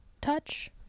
touch